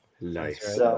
Nice